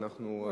לא,